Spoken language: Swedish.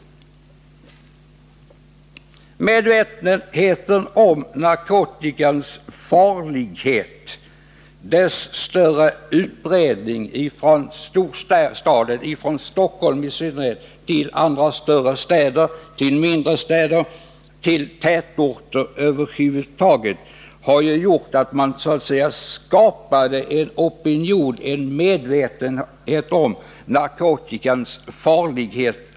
Den ökade medvetenheten om narkotikans farlighet och om dess allt större utbredning — från storstaden, i synnerhet från Stockholm, och ut till andra större städer liksom också till mindre städer och till tätorter över huvud taget — har skapat en opinion mot narkotikan i allmänhet.